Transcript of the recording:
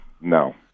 No